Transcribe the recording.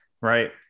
right